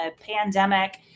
pandemic